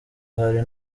hari